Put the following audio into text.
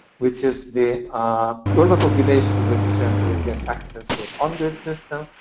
which is the urban population which will get access with on-grid system.